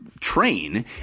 train